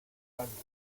canarias